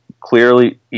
clearly